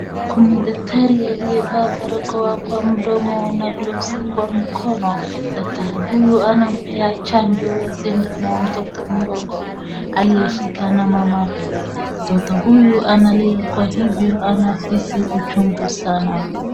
Kuna daktari aliyevaa barakoa kwa mdomo na gloves kwa mkono, daktari huyu anampea chanjo ya sindano mtoto mdogo aliyeshikwa na mamake. Mtoto huyu analia kwa hivyo anahisi uchungu sana.